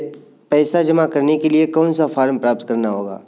पैसा जमा करने के लिए कौन सा फॉर्म प्राप्त करना होगा?